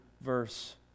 verse